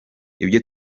ibyo